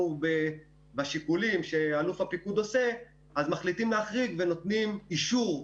ובשיקולים שאלוף הפיקוד עושה מחליטים להחריג ונותנים אישור,